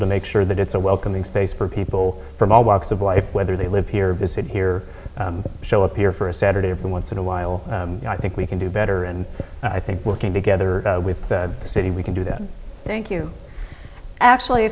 to make sure that it's a welcoming space for people from all walks of life whether they live here visit here and show up here for a saturday of the once in a while i think we can do better and i think working together with the city we can do that thank you actually